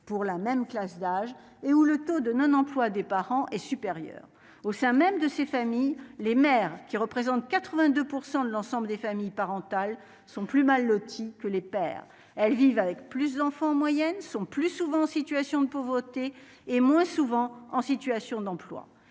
pour la même classe d'âge, et où le taux de non-emploi des parents est supérieur au sein même de ces familles, les mères qui représentent 82 % de l'ensemble des familles parental sont plus mal lotis que les pères, elles vivent avec plus d'enfants en moyenne, sont plus souvent en situation de pauvreté et moins souvent en situation d'emploi